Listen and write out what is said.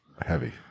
heavy